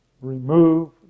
remove